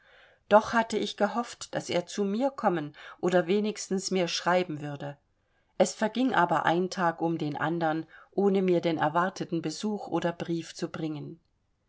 doch hatte ich gehofft daß er zu mir kommen oder wenigstens mir schreiben würde es verging aber ein tag um den andern ohne mir den erwarteten besuch oder brief zu bringen